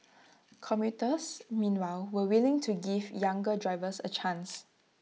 commuters meanwhile were willing to give younger drivers A chance